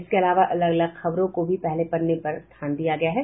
इसके अलावा अलग अलग खबरों को भी पहले पन्ने पर स्थान दिया है